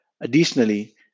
Additionally